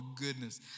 goodness